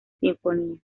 sinfonía